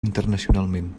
internacionalment